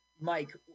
Mike